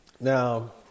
now